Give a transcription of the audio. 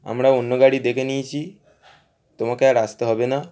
আমরা অন্য গাড়ি ডেকে নিয়েছি তোমাকে আর আসতে হবে না